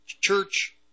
church